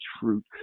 fruit